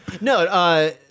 No